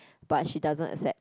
but she doesn't accept